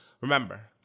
remember